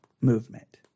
movement